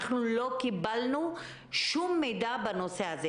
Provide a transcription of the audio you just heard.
אנחנו לא קיבלנו שום מידע בנושא הזה.